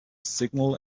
signal